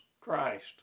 Christ